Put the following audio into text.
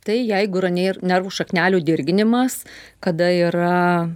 tai jeigu yra nėr nervų šaknelių dirginimas kada yra